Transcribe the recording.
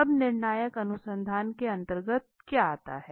अब निर्णायक अनुसंधान के अंतर्गत क्या आता है